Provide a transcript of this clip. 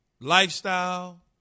lifestyle